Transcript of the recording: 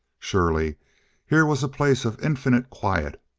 surely here was a place of infinite quiet,